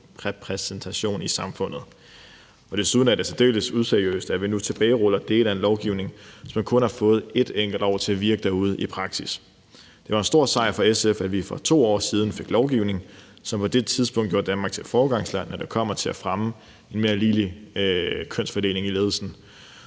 Desuden er det særdeles useriøst, at vi nu tilbageruller dele af en lovgivning, som kun har fået et enkelt år til at virke derude i praksis. Det var en stor sejr for SF, at vi for 2 år siden fik lovgivning, som på det tidspunkt gjorde Danmark til foregangsland, når det kommer til at fremme en mere ligelig kønsfordeling i ledelsen.